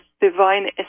divine